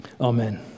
Amen